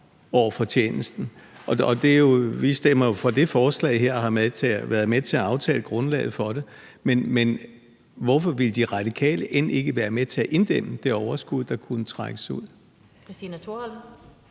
over fortjenesten. Vi stemmer jo for det her forslag og har været med til at aftale grundlaget for det, men hvorfor vil De Radikale end ikke være med til at inddæmme det overskud, der kunne trækkes ud?